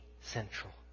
central